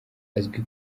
azi